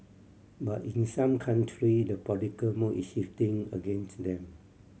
but in some country the political mood is shifting against them